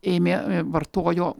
ėmė vartojo